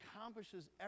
accomplishes